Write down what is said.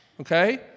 okay